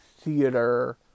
theater